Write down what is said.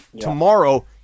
tomorrow